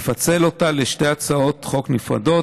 לשתי הצעות חוק נפרדות,